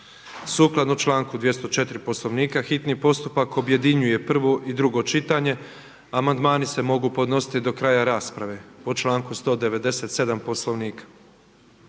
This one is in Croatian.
Sukladno članku 204. Poslovnika hitni postupak objedinjuje prvo i drugo čitanje a amandmani se mogu podnositi do kraja rasprave po članku 197. Poslovnika.